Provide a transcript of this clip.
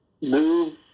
Move